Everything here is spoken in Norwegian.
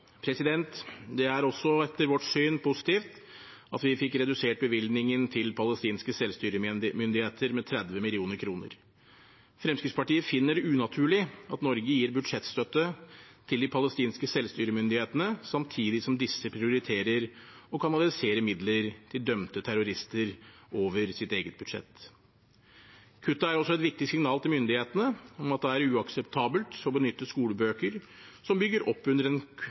Det er også etter vårt syn positivt at vi fikk redusert bevilgningen til palestinske selvstyremyndigheter med 30 mill. kr. Fremskrittspartiet finner det unaturlig at Norge gir budsjettstøtte til de palestinske selvstyremyndighetene samtidig som disse prioriterer å kanalisere midler til dømte terrorister over sitt eget budsjett. Kuttet er også et viktig signal til myndighetene om at det er uakseptabelt å benytte skolebøker som bygger opp under en